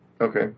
Okay